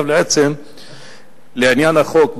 לעניין החוק,